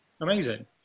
Amazing